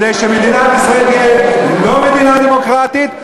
כדי שמדינת ישראל תהיה לא מדינה דמוקרטית,